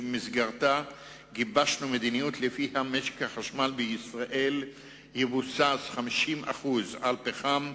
שבמסגרתה גיבשנו מדיניות שלפיה משק החשמל בישראל יבוסס 50% על פחם,